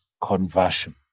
conversion